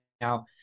now